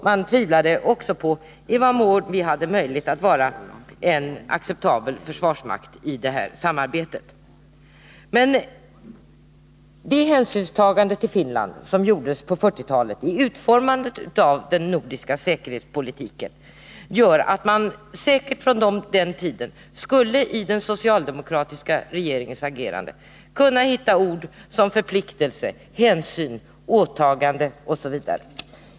Man tvivlade också på i vad mån vi hade möjlighet att vara en acceptabel försvarsmakt i det här samarbetet. De hänsyn till Finland som togs på 1940-talet i utformandet av den nordiska säkerhetspolitiken gör att man säkert från den tiden skulle i den socialdemokratiska regeringens agerande kunna hitta ord som förpliktelse, hänsyn, åtagande osv.